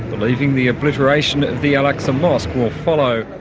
believing the obliteration of the al-aqsa mosque will follow.